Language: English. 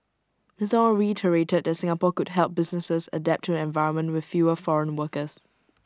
Mister Ong reiterated that Singapore could help businesses adapt to an environment with fewer foreign workers